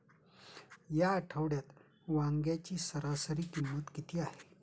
या आठवड्यात वांग्याची सरासरी किंमत किती आहे?